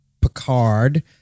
Picard